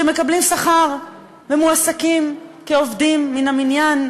שמקבלים שכר ומועסקים כעובדים מן המניין,